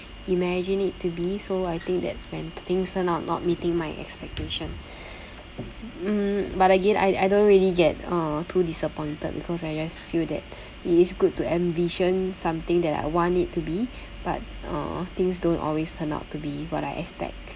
imagine it to be so I think that's when things turn out not meeting my expectation mm but again I I don't really get uh too disappointed because I just feel that it is good to envision something that I want it to be but uh things don't always turn out to be what I expect